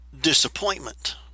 disappointment